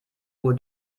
uhr